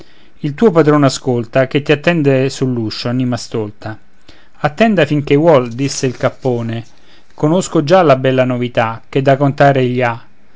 il tuo padron ascolta che ti attende sull'uscio anima stolta attenda fin ch'ei vuol disse il cappone conosco già la bella novità che da contar egli ha